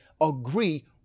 agree